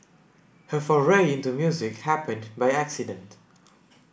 her foray into music happened by accident